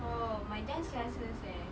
oh my dance classes eh